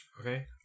okay